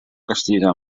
castiga